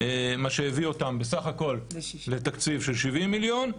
מה שהביא אותם בסך הכול לתקציב של 70 מיליון.